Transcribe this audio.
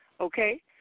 Okay